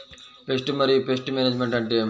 Pest మరియు pest management అంటే ఏమిటి?